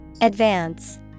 Advance